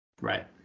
right